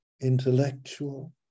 intellectual